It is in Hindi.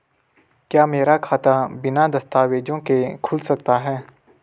क्या मेरा खाता बिना दस्तावेज़ों के खुल सकता है?